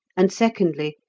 and, secondly,